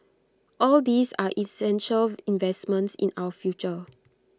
all these are essential investments in our future